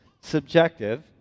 subjective